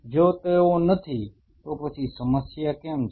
જો તેઓ નથી તો પછી સમસ્યા કેમ છે